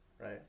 right